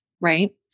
right